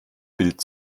bild